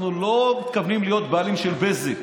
אנחנו לא מתכוונים להיות הבעלים של בזק.